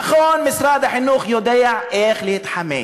נכון, משרד החינוך יודע איך להתחמק,